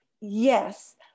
Yes